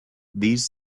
these